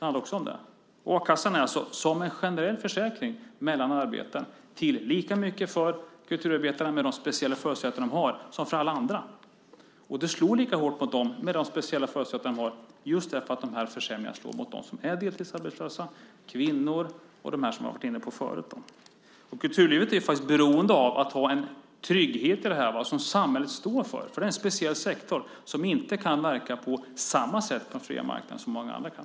A-kassan är som generell försäkring mellan arbete lika mycket till för kulturarbetare, med de speciella förutsättningar de har, som för alla andra. Detta slår lika hårt mot dem, med de speciella förutsättningar de har, just därför att försämringarna slår mot dem som är deltidsarbetslösa, kvinnor och dem som jag har varit inne på förut. Kulturlivet är beroende av att det finns en trygghet i det här som samhället står för. Det är en speciell sektor som inte kan verka på samma sätt på den fria marknaden som många andra kan.